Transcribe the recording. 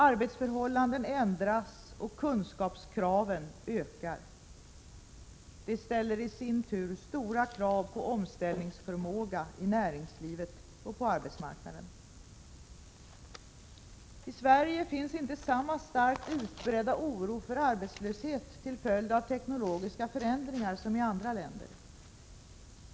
Arbetsförhållanden ändras och kunskapskraven ökar. Det ställer i sin tur stora krav på omställningsförmåga i näringslivet och på arbetsmarknaden. I Sverige finns inte samma starkt utbredda oro för arbetslöshet till följd av teknologiska förändringar som i andra länder.